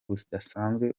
budasanzwe